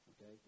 Okay